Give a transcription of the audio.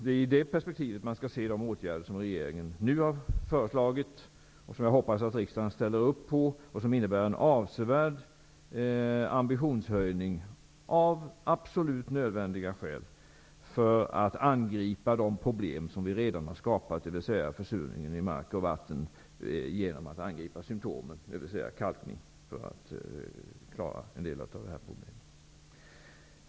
Det är i det perspektivet som man skall se de åtgärder som regeringen nu har föreslagit och som jag hoppas att riksdagen ställer sig bakom. De innebär en avsevärd ambitionshöjning, av absolut nödvändiga skäl, när det gäller att angripa de problem som vi redan har skapat, dvs. försurningen i mark och vatten. För att klara en del av denna problematik angriper vi bl.a. symtomen genom kalkning.